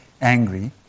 angry